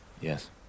Yes